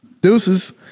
Deuces